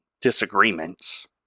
disagreements